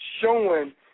showing